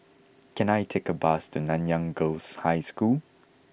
can I take a bus to Nanyang Girls' High School